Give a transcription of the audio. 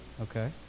Okay